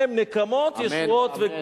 כמו בימים ההם: נקמות, אמן.